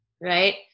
Right